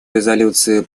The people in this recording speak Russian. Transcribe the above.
резолюции